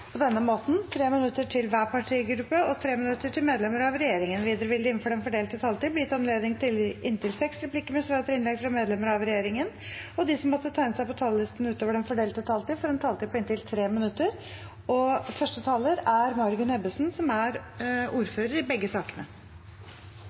på denne måten: 3 minutter til hver partigruppe og 3 minutter til medlemmer av regjeringen. Videre vil det – innenfor den fordelte taletid – bli gitt anledning til inntil seks replikker med svar etter innlegg fra medlemmer av regjeringen, og de som måtte tegne seg på talerlisten utover den fordelte taletid, får også en taletid på inntil 3 minutter. Takk til komiteen. Det er en enstemmig komité som